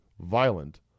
violent